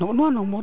ᱱᱚᱜᱼᱚ ᱱᱚᱣᱟ